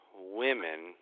women